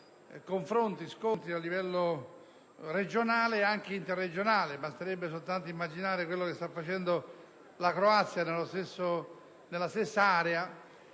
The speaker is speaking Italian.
confronti e scontri a livello regionale e anche interregionale; basta immaginare quello che sta facendo la Croazia nella stessa area.